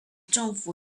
政府